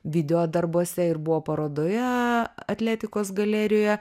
video darbuose ir buvo parodoje atletikos galerijoje